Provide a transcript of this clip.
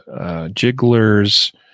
jigglers